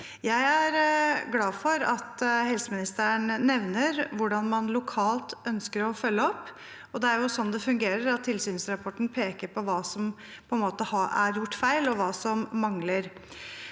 Jeg er glad for at helseministeren nevner hvordan man lokalt ønsker å følge opp. Det er jo slik det fungerer, at tilsynsrapporten peker på hva som er gjort feil, og hva som mangler.